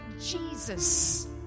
Jesus